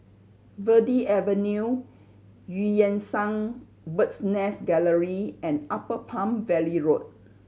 Verde Avenue Eu Yan Sang Bird's Nest Gallery and Upper Palm Valley Road